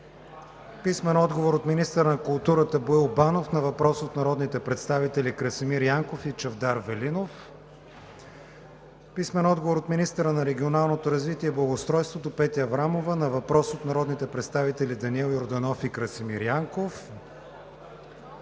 Богданов; - министъра на културата Боил Банов на въпрос от народните представители Красимир Янков и Чавдар Велинов; - министъра на регионалното развитие и благоустройството Петя Аврамова на въпрос от народните представители Данаил Йорданов и Красимир Янков;